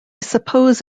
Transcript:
suppose